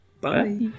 Bye